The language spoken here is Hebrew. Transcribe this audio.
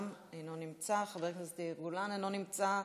גם אינו נמצא, חבר הכנסת יאיר גולן, אינו נמצא,